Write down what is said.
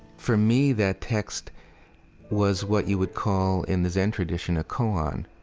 for me that text was what you would call in the zen tradition a koan,